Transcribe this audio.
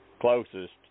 closest